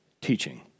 teaching